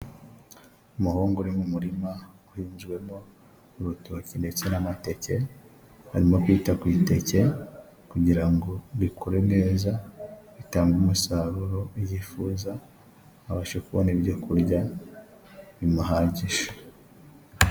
Umuhungu uri mu murima uhinzwemo urutoki ndetse n'amateke, arimo kwita ku iteke kugira ngo bikure neza bitanga umusaruro yifuza abasha kubona ibyokurya bimuhagije.